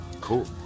Cool